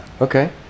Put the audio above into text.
okay